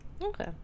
Okay